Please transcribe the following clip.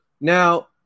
Now